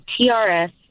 TRS